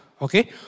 Okay